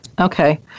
Okay